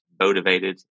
motivated